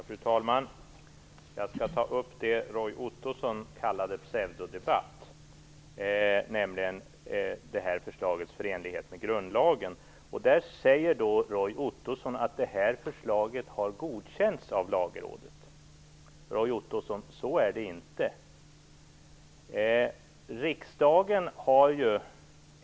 Fru talman! Jag skall ta upp det Roy Ottosson kallade pseudodebatt, nämligen det här förslagets förenlighet med grundlagen. Där säger Roy Ottosson att det här förslaget har godkänts av Lagrådet. Så är det inte, Roy Ottosson.